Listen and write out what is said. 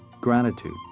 gratitude